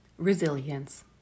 Resilience